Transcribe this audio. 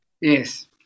Yes